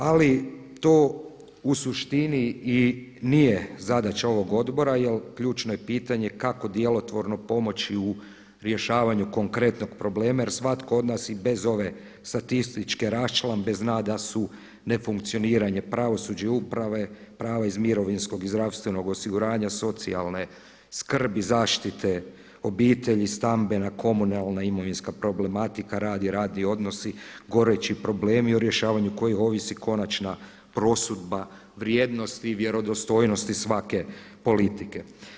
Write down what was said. Ali to u suštini i nije zadaća ovog odbora jer ključno je pitanje kako djelotvorno pomoći u rješavanju konkretnog problema jer svatko od nas i bez ove statističke raščlambe zna da su nefunkcioniranja pravosuđa i uprave, prava iz mirovinskog i zdravstvenog osiguranja, socijalne skrbi, zaštite obitelji, stambena, komunalna i imovinska problematika, rad i radni odnosi goreći problemi o rješavanju koji ovisi konačna prosudba vrijednosti i vjerodostojnosti svake politike.